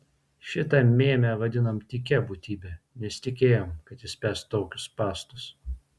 šitą mėmę vadinom tykia būtybe nesitikėjom kad jis spęs tokius spąstus